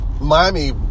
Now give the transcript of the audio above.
Miami